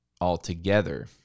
altogether